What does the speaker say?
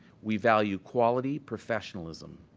we value quality, professionalism.